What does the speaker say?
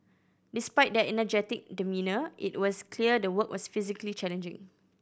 despite their energetic demeanour it was clear the work was physically challenging